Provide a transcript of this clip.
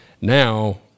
Now